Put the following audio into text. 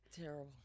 terrible